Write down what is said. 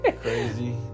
Crazy